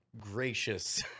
gracious